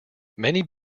many